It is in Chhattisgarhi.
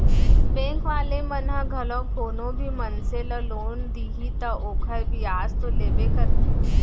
बेंक वाले मन ह घलोक कोनो भी मनसे ल लोन दिही त ओखर बियाज तो लेबे करथे